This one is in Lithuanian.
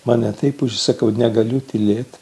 mane taip užsi sakau negaliu tylėt